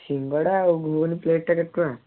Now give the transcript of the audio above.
ସିଙ୍ଗଡ଼ା ଆଉ ଘୁଗୁନି ପ୍ଲେଟ୍ଟା କେତେ ଟଙ୍କା